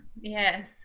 yes